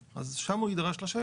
אבל השאלה ששאלתי בפעם הקודמת על ליבה,